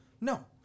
no